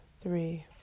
three